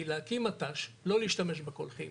כי להקים מט"ש, לא להשתמש בקולחים,